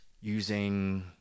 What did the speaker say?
using